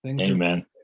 Amen